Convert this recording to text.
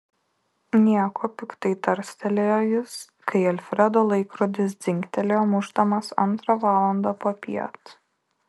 nieko piktai tarstelėjo jis kai alfredo laikrodis dzingtelėjo mušdamas antrą valandą popiet